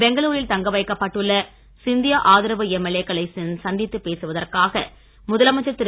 பெங்களுரில் தங்க வைக்கப்பட்டுள்ள சிந்தியா ஆதரவு எம்எல்ஏ க்களை சந்தித்து பேசுவதற்காக முதலமைச்சர் திரு